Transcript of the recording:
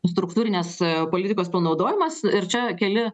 struktūrinės politikos panaudojimas ir čia keli